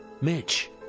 Mitch